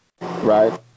right